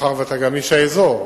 מאחר שאתה איש האזור,